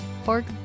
pork